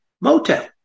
motel